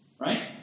Right